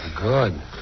Good